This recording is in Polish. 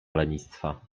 lenistwa